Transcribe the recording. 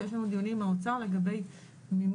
שיש לנו דיונים עם האוצר לגבי מימוש